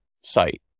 site